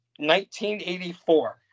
1984